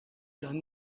done